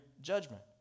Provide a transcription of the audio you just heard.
judgment